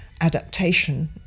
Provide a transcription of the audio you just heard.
Adaptation